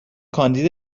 کاندید